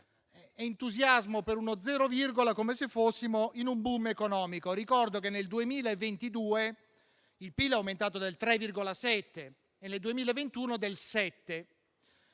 entusiasmo per uno zero virgola, come se fossimo in un *boom* economico. Ricordo che nel 2022 il PIL è aumentato del 3,7 per cento e nel 2021 del 7